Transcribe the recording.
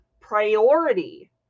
priority